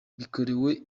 bikorewe